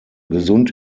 gesund